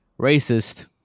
racist